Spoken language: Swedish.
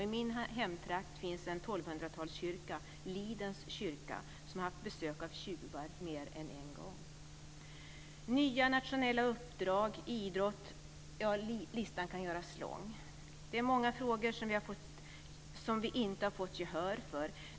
I min hemtrakt finns en 1200-talskyrka - Lidens kyrka - som har haft besök av tjuvar mer än en gång. Listan över frågor som vi inte fått gehör för kan göras lång: nya nationella uppdrag, idrott osv.